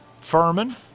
Furman